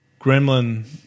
Gremlin